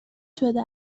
شده